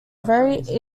very